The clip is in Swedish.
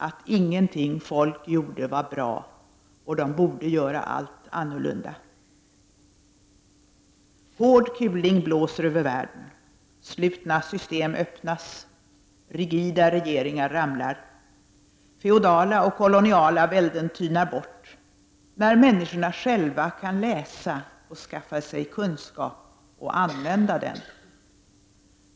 Att inget folk gjorde var bra och de borde göra allt annorlunda.” Hård kuling blåser över världen. Slutna system öppnas, rigida regeringar ramlar. Feodala och koloniala välden tynar bort när människorna själva kan läsa och skaffa sig kunskap och använda den.